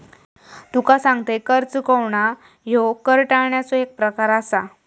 तुका सांगतंय, कर चुकवणा ह्यो कर टाळण्याचो एक प्रकार आसा